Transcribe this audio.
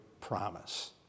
promise